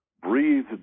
breathe